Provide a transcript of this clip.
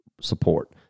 support